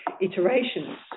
iterations